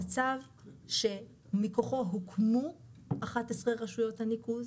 זה צו שמכוחו הוקמו 11 רשויות הניקוז.